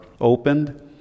opened